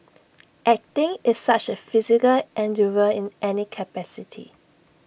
acting is such A physical endeavour in any capacity